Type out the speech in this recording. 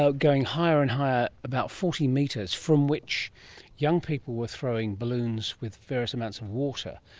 ah going higher and higher, about forty metres, from which young people were throwing balloons with various amounts of water,